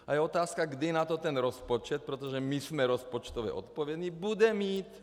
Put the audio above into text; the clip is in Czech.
A je otázka, kdy na to ten rozpočet, protože my jsme rozpočtově odpovědní, bude mít.